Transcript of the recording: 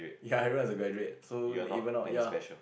ya everyone is graduate so even now ya